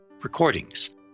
recordings